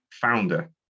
founder